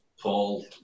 Paul